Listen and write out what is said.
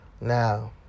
Now